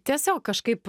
tiesiog kažkaip